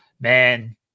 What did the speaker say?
man